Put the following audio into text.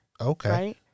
Okay